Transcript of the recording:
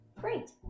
Great